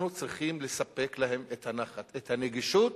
אנחנו צריכים לספק להם את הנחת, את הנגישות,